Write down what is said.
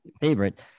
favorite